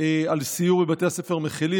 אני ממליץ על סיור בבתי הספר המכילים